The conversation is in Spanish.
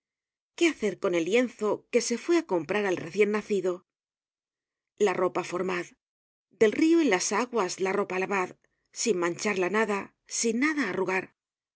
qué hacer con el lienzo que se fué á comprar al reciennacido la ropa formad del rio en las aguas la ropa lavad sin mancharla nada sin nada arrugar